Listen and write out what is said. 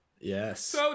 yes